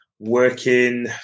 Working